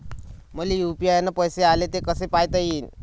मले यू.पी.आय न पैसे आले, ते कसे पायता येईन?